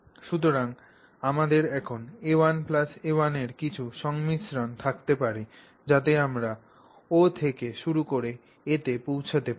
সুতরাং আমাদের এখন a1a1 এর কিছু সংমিশ্রণ থাকতে হবে যাতে আমরা O থেকে শুরু করে A তে পৌঁছাতে পারি